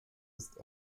ist